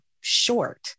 short